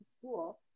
school